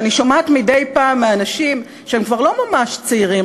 שאני שומעת מדי פעם מאנשים שהם כבר לא ממש צעירים,